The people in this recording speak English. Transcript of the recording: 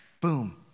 boom